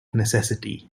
necessity